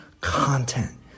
content